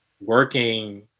working